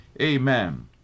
Amen